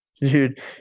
Dude